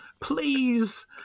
please